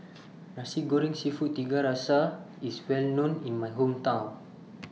Nasi Goreng Seafood Tiga Rasa IS Well known in My Hometown